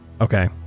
Okay